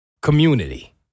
community